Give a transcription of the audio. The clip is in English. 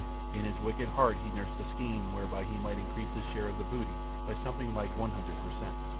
in his wicked heart he nursed a scheme whereby he might increase his share of the booty by something like one hundred per cent.